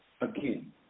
again